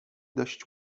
dość